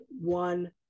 one